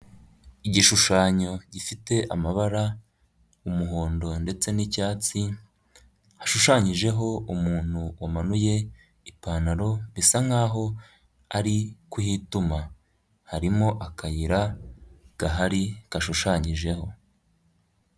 Igishushanyo gifite amabara umuhondo ndetse n'icyatsi hashushanyijeho umuntu wamanuye ipantaro bisa nkaho ari kuhituma, harimo akayira gahari gashushanyijeho.